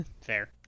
fair